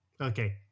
okay